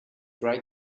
right